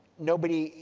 nobody,